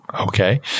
Okay